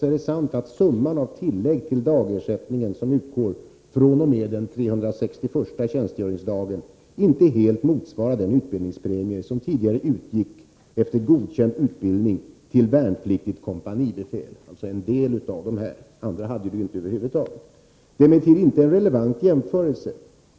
är det sant att summan av de tillägg till dagersättningen som utgår fr.o.m. den 361:a tjänstgöringsdagen inte helt motsvarar den utbildningspremie som tidigare utgick efter godkänd utbildning till värnpliktiga kompanibefäl, alltså till en del av de värnpliktiga — andra värnpliktiga hade över huvud taget inte denna utbildningspremie. Detta är emellertid inte en relevant jämförelse.